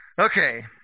Okay